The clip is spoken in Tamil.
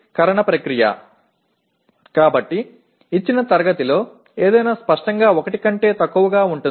எனவே கொடுக்கப்பட்ட வகுப்பில் உள்ள எதையும் அது 1 க்கும் குறைவாகவே இருக்கும்